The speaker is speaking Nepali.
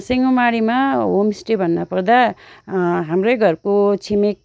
सिंहमारीमा होमस्टे भन्नपर्दा हाम्रै घरको छिमेक